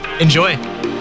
Enjoy